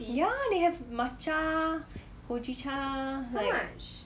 ya they have matcha hojicha like